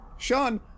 Sean